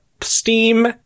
Steam